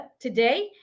today